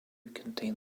contained